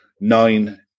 nine